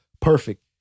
Perfect